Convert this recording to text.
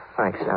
Thanks